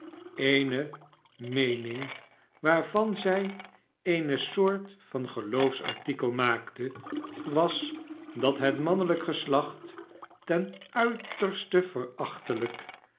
eene meening waarvan zij eene soort van geloofsartikel maakte was dat het mannelijk geslacht ten uiterste